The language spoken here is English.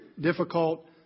difficult